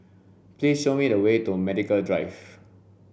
please show me the way to Medical Drive